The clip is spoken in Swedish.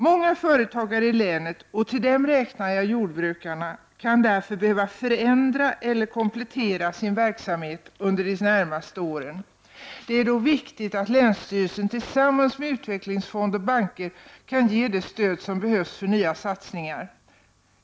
Många företagare i länet — och till dem räknar jag jordbrukarna — kan därför behöva förändra eller komplettera sin verksamhet under de närmaste åren. Det är då viktigt att länsstyrelsen tillsammans med utvecklingsfond och banker kan ge det stöd som behövs för nya satsningar.